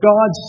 God